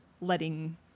letting